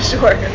Sure